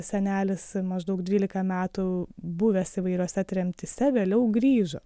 senelis maždaug dvylika metų buvęs įvairiose tremtyse vėliau grįžo